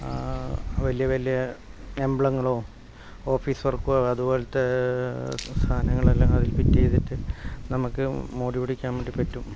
വലിയ വലിയ എംബ്ലങ്ങളോ ഓഫീസ് വർക്കോ അതുപോലത്തെ സാധനങ്ങളെല്ലാം അതിൽ ഫിറ്റ് ചെയ്തിട്ട് നമുക്ക് മോഡി പിടിക്കാൻ വേണ്ടി പറ്റും